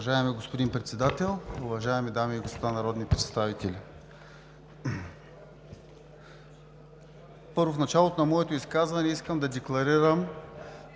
Уважаеми господин Председател, уважаеми дами и господа народни представители! В началото на моето изказване искам да декларирам,